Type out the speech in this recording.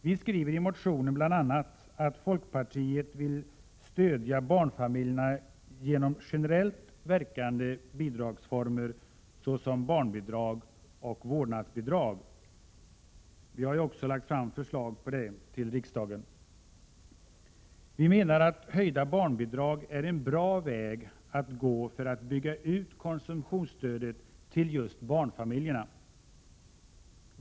Vi skriver i motionen bl.a. att folkpartiet vill stödja barnfamiljerna genom generellt verkande bidragsformer såsom barnbidrag och vårdnadsbidrag. Vi har ju också lagt fram förslag om det till riksdagen. Vi menar att höjda barnbidrag är en bra väg att gå för att bygga ut konsumtionsstödet till just barnfamiljerna.